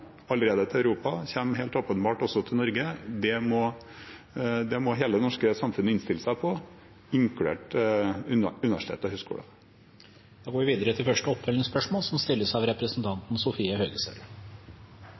til Europa. Det kommer helt åpenbart også til Norge. Det må hele det norske samfunnet innstille seg på, inkludert universiteter og høyskoler. Sofie Høgestøl – til oppfølgingsspørsmål. Mitt spørsmål følger i samme spor som